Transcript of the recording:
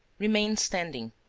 remained standing,